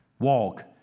Walk